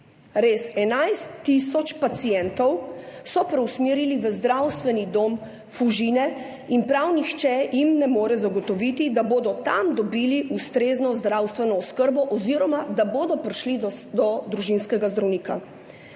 res, 11 tisoč pacientov so preusmerili v Zdravstveni dom Fužine in prav nihče jim ne more zagotoviti, da bodo tam dobili ustrezno zdravstveno oskrbo oziroma da bodo prišli do družinskega zdravnika.